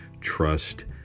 trust